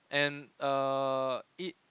and err it